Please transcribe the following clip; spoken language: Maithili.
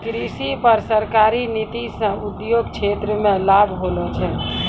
कृषि पर सरकारी नीति से उद्योग क्षेत्र मे लाभ होलो छै